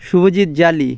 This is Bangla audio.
শুভজিৎ জালি